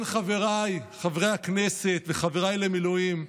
כן, חבריי חברי הכנסת וחבריי למילואים,